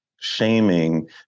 shaming